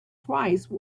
twice